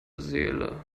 seele